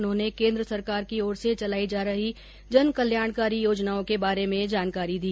उन्होंने केन्द्र सरकार की ओर से चलाई जा रही जनकल्याणकारी योजनाओं के बारे में जानकारी दी